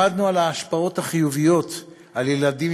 למדנו על ההשפעות החיוביות על ילדים